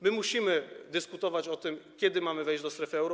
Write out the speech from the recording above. My musimy dyskutować o tym, kiedy mamy wejść do strefy euro.